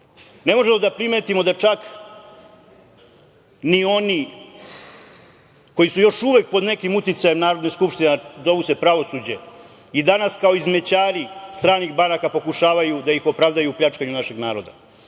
EU.Ne možemo da primetimo da čak ni oni koji su još uvek pod nekim uticajem Narodne skupštine, a zovu se pravosuđe i danas kao izmećari stranih banaka pokušavaju da ih opravdaju pljačkanju našeg naroda. Šta